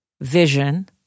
vision